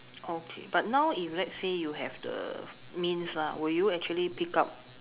okay but now if let's say you have the means ah would you actually pick up